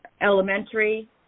Elementary